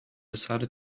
decided